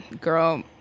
Girl